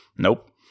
Nope